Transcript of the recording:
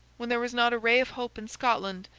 when there was not a ray of hope in scotland,